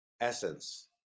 essence